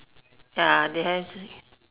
ya they have